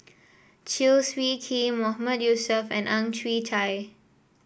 Chew Swee Kee Mahmood Yusof and Ang Chwee Chai